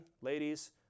ladies